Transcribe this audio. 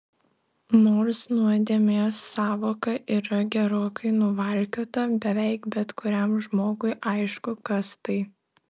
nors nuodėmės sąvoka yra gerokai nuvalkiota beveik bet kuriam žmogui aišku kas tai